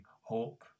hope